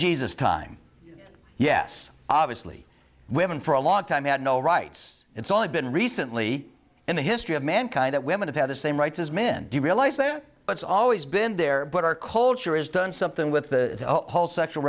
jesus time yes obviously women for a long time had no rights it's only been recently in the history of mankind that women have the same rights as men do you realize that it's always been there but our culture is done something with the whole sexual